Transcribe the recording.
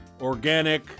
organic